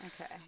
Okay